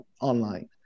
online